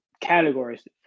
categories